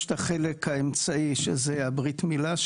יש את החלק האמצעי שזה ברית מילה,